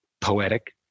poetic